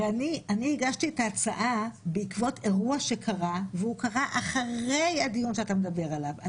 הגשתי את ההצעה בעקבות אירוע שקרה אחרי הדיון שאתה מדבר עליו.